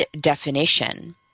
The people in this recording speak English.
definition